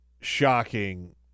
shocking